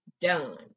done